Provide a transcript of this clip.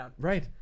right